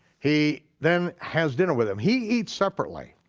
he then has dinner with them. he eats separately,